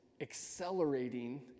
accelerating